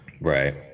Right